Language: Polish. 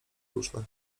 różne